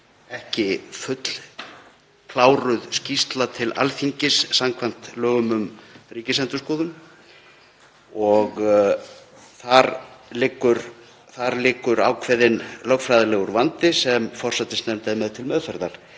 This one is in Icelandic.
ekki fullkláruð skýrsla til Alþingis samkvæmt lögum um Ríkisendurskoðun og þar liggur ákveðinn lögfræðilegur vandi sem forsætisnefnd er með til meðferðar.